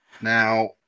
Now